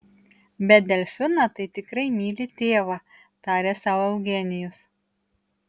bet delfiną tai tikrai myli tėvą tarė sau eugenijus